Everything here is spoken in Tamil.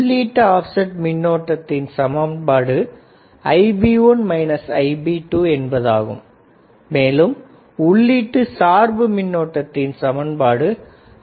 உள்ளீட்டு ஆப்செட் மின்னோட்டத்தின் சமன்பாடு |Ib1 Ib2| என்பது மேலும் உள்ளீட்டு சார்பு மின்னோட்டத்தின் சமன்பாடு |Ib1Ib2|2